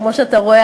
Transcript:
כמו שאתה רואה,